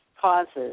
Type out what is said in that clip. causes